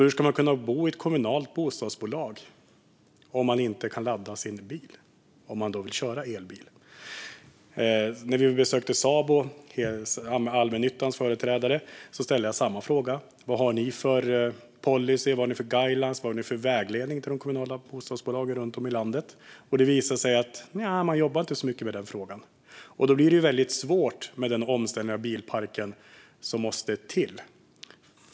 Hur ska man kunna bo hos ett kommunalt bostadsbolag om man vill köra elbil men inte kan ladda sin bil? När vi besökte allmännyttans företrädare Sabo ställde jag samma fråga. Jag frågade vilken policy, vilka riktlinjer och vilken vägledning de hade till de kommunala bostadsbolagen runt om i landet. Det visade sig att de inte jobbade så mycket med den frågan. Då blir det väldigt svårt med den omställning av bilparken som måste till.